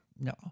No